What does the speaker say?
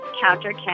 counter